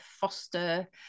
foster